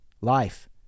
life